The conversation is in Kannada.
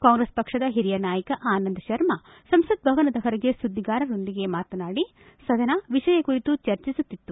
ಕಾಂಗ್ರೆಸ್ ಪಕ್ಷದ ಹಿರಿಯ ನಾಯಕ ಆನಂದ ಶರ್ಮ ಸಂಸತ್ ಭವನದ ಹೊರಗೆ ಸುಧ್ನಿಗಾರರೊಂದಿಗೆ ಮಾತನಾಡಿ ಸದನ ವಿಷಯ ಕುರಿತು ಚರ್ಚಿಸುತ್ತಿತ್ತು